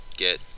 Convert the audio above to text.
Get